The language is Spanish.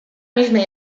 misma